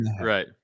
Right